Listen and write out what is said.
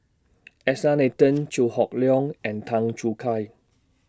S R Nathan Chew Hock Leong and Tan Choo Kai